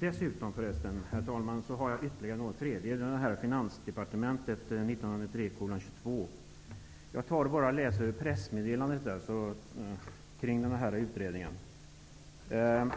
Dessutom har jag Studier i offentlig ekonomi, Ds pressmeddelandet kring denna utredning kan man